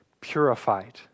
purified